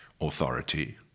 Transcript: authority